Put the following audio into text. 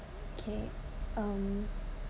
okay um